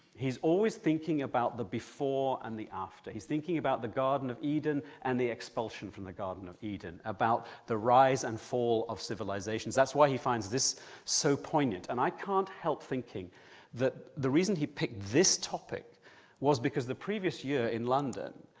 he's always thinking about the before and the after. he's thinking about the garden of eden and the expulsion from the garden of eden about the rise and fall of civilisations, that's why he finds this so poignant, and i can't help thinking that the reason he picked this topic was because the previous year in london,